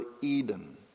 Eden